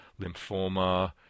lymphoma